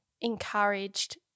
encouraged